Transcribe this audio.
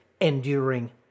enduring